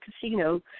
casino